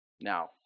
Now